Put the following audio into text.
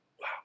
Wow